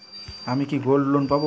আমি কি gold loan পাবো?